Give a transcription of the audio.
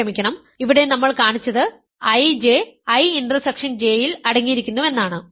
ക്ഷമിക്കണം ഇവിടെ നമ്മൾ കാണിച്ചത് IJ I ഇന്റർസെക്ഷൻ J യിൽ അടങ്ങിയിരിക്കുന്നുവെന്നാണ്